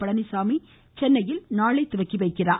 பழனிச்சாமி சென்னையில் நாளை தொடங்கிவைக்கிறார்